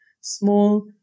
small